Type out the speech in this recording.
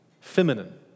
feminine